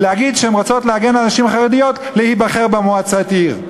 ואומרות שהן רוצות להגן על נשים חרדיות כדי שייבחרו למועצת עיר,